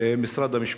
משרד המשפטים.